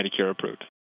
Medicare-approved